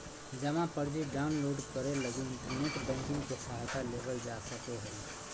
जमा पर्ची डाउनलोड करे लगी इन्टरनेट बैंकिंग के सहायता लेवल जा सको हइ